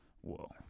whoa